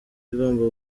igomba